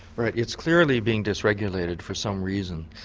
right, it's clearly being disregulated for some reason.